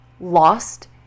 lost